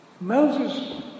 Moses